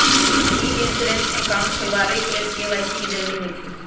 ई insurance account खोलबाबे के लेल के.वाई.सी के जरूरी होइ छै